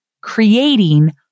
creating